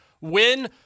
win